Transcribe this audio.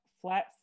flat